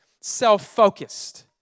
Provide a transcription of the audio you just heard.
self-focused